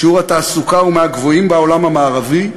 שיעור התעסוקה הוא מהגבוהים בעולם המערבי,